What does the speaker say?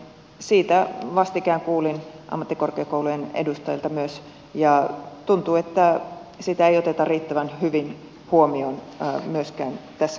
siitä vastikään kuulin ammattikorkeakoulujen edustajilta myös ja tuntuu että sitä ei oteta riittävän hyvin huomioon myöskään tässä keskustelussa